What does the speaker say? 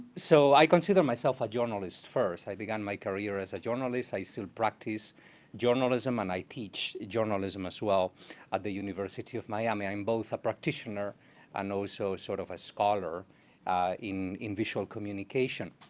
so i consider myself a journalist first. i began my career as a journalist. i still practice journalism, and i teach journalism as well at the university of miami. i am both a practitioner and also sort of a scholar in in visual communication.